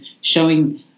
showing